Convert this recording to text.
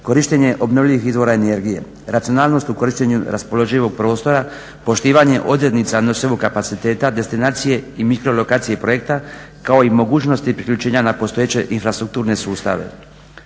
korištenje obnovljivih izvora energije, racionalnost u korištenju raspoloživog prostora, poštivanje odrednica nosivog kapaciteta destinacije i mikro lokacije projekta kao i mogućnosti priključenja na postojeće infrastrukturne sustave.